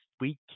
week